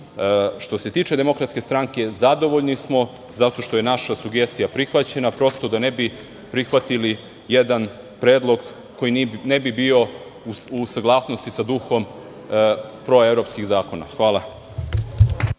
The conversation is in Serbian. Što se tiče DS zadovoljni smo zato što je naša sugestija prihvaćena, prosto da ne bi prihvatili jedan predlog koji ne bi bio u saglasnosti sa duhom proevropskih zakona. Hvala.